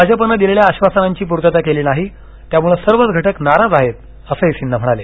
भाजपने दिलेल्या आश्वासनाची पूर्तता केली नाही त्यामुळे सर्वच घटक नाराज याहेत असंही सिन्हा म्हणाले